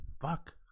fuck